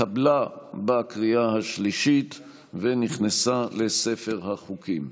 התקבלה בקריאה השלישית ונכנסה לספר החוקים.